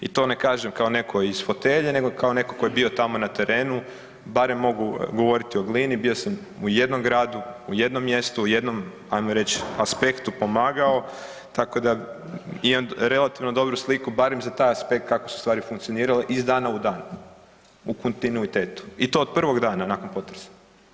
I to ne kažem kao netko iz fotelje nego kao netko tko je bio tamo na terenu, barem mogu govoriti o Glini bio sam u jednom gradu, u jednom mjestu, u jednom ajmo reći aspektu pomagao tako da imam relativno dobru sliku barem za taj aspekt kako su stvari funkcionirale iz dana u dan u kontinuitetu i to od prvog dana nakon potresa.